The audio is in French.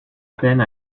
peine